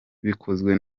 bikozwe